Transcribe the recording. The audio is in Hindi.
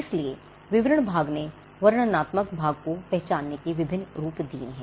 इसलिए विवरण भाग ने वर्णनात्मक भाग को पहचानने के विभिन्न रूप दिए हैं